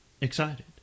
excited